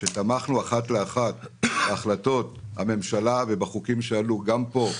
כשתמכנו אחת לאחת בהחלטות הממשלה ובחוקים שעלו גם פה,